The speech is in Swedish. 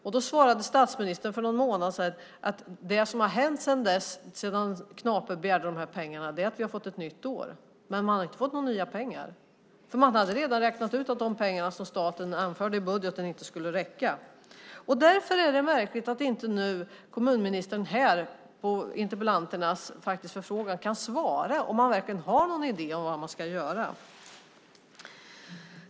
Statsministern svarade för någon månad sedan att det som har hänt sedan Knape begärde de här pengarna är att vi har fått ett nytt år, men man har inte fått några nya pengar. Man hade redan räknat ut att de pengar som staten anförde i budgeten inte skulle räcka. Därför är det märkligt att inte kommunministern på interpellanternas förfrågan kan svara om han verkligen har någon idé om vad man ska göra.